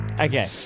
Okay